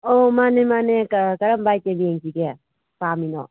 ꯑꯧ ꯃꯥꯅꯦ ꯃꯥꯅꯦ ꯀꯔꯝꯕ ꯑꯥꯏꯇꯦꯝ ꯌꯦꯡꯁꯤꯒꯦ ꯄꯥꯝꯃꯤꯅꯣ